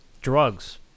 drugs